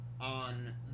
on